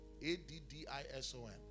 A-D-D-I-S-O-N